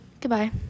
Goodbye